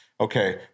Okay